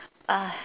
uh